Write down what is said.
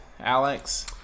Alex